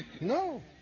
No